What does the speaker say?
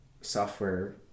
software